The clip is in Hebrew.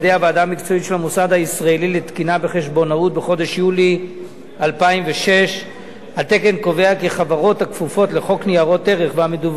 המקצועית של המוסד הישראלי לתקינה בחשבונאות בחודש יולי 2006. התקן קובע כי חברות הכפופות לחוק ניירות ערך והמדווחות